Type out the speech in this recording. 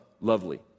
lovely